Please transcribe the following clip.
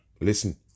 listen